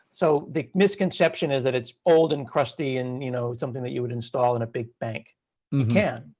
so the misconception is that it's old and crusty and you know something that you would install in a big bank. you can,